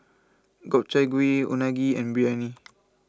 Gobchang Gui Unagi and Biryani